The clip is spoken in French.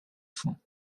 fonds